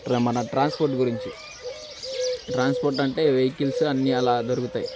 మన ట్రాన్స్పోర్ట్ గురించి ట్రాన్స్పోర్ట్ అంటే వెహికల్స్ అన్ని అలా దొరుకుతాయి